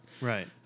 Right